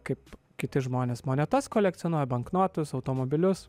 kaip kiti žmonės monetas kolekcionuoja banknotus automobilius